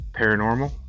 paranormal